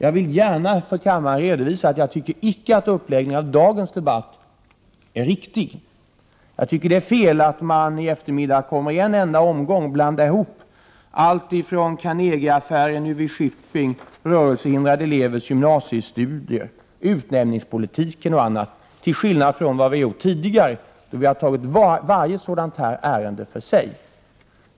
Jag vill gärna för kammaren redovisa att jag icke tycker att uppläggningen av dagens debatt är riktig. Jag tycker att det är fel att man i eftermiddag i en enda omgång kommer att blanda ihop Carnegie-affären, UV-Shipping AB, rörelsehindrade elevers gymnasiestudier, utnämningspolitiken och annat, till skillnad från hur vi gjort tidigare, då vi har behandlat varje sådant här ärende för sig.